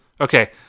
Okay